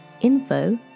info